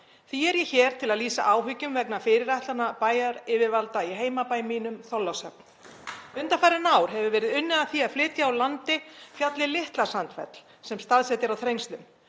Því er ég hér til að lýsa áhyggjum vegna fyrirætlana bæjaryfirvalda í heimabæ mínum, Þorlákshöfn. Undanfarin ár hefur verið unnið að því að flytja úr landi fjallið Litla-Sandfell í Þrengslum.